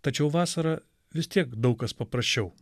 tačiau vasarą vis tiek daug kas paprasčiau